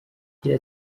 agira